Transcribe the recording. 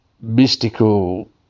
mystical